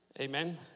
Amen